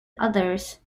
others